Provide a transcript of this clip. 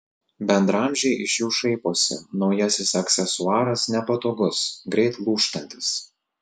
bendraamžiai iš jų šaiposi naujasis aksesuaras nepatogus greit lūžtantis